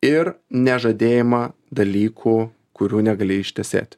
ir nežadėjimą dalykų kurių negali ištesėti